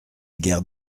guerre